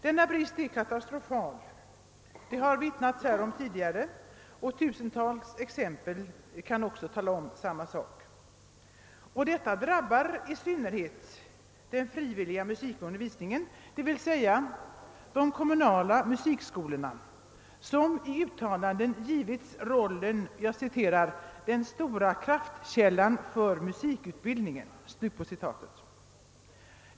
Den bristen är i dag katastrofal, vilket tusentals exempel kan vittna om. Och detta drabbar i synnerhet den frivilliga musikundervisningen, d.v.s. de kommunala musikskolorna, som i gjorda uttalanden har betecknats som »den stora kraftkällan för musikutbildningen».